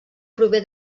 prové